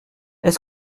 est